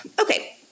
Okay